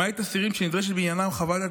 למעט אסירים שנדרשת בעניינם חוות דעת